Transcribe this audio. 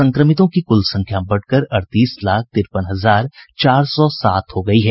संक्रमितों की कुल संख्या बढ़कर अड़तीस लाख तिरपन हजार चार सौ सात हो गयी है